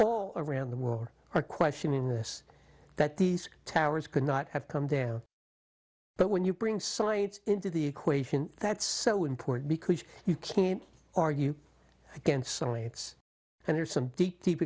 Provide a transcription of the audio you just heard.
well around the world are questioning this that these towers could not have come down but when you bring sides into the equation that's so important because you can't argue against solely it's and there's some deep deep